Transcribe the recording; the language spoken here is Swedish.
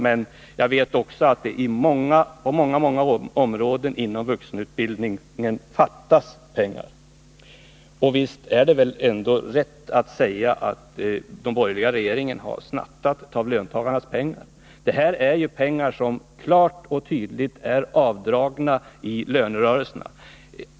Men jag vet att det på många områden inom vuxenutbildningen fattas pengar. Visst är det väl ändå rätt att säga att den borgerliga regeringen har snattat av löntagarnas pengar. Detta är ju pengar som klart och tydligt dragits av i lönerörelserna.